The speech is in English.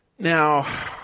Now